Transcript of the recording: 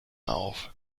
auf